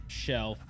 shelf